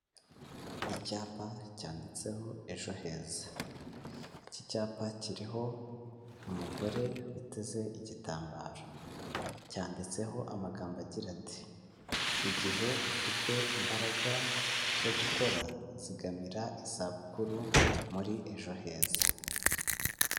Icyapa cyanditseho ejo heza, iki cyapa kiriho umugore witeze igitambaro cyanditseho amagambo agira ati igihe ufite imbaraga zo gukora zigamira izabukuru muri ejo heza.